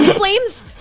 flames